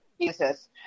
Jesus